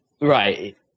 Right